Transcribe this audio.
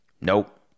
Nope